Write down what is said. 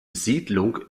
besiedlung